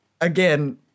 again